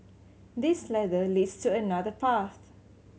this ladder leads to another path